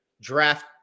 draft